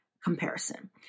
comparison